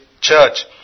church